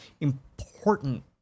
important